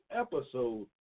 episode